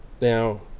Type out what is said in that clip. now